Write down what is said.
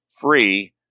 free